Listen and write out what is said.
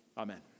Amen